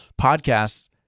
podcasts